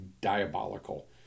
diabolical